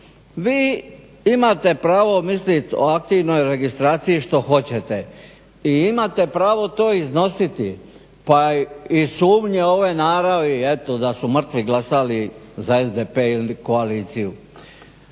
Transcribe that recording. Vi imate pravo mislit o aktivnoj registraciji što hoćete i imate pravo to iznositi pa i sumnje ove naravi eto da su mrtvi glasali za SDP ili koaliciju,